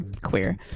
Queer